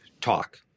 talk